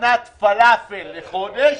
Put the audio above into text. מנת פלאפל לחודש,